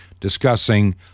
discussing